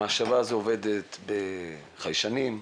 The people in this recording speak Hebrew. המשאבה עובדת עם חיישנים,